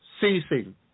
ceasing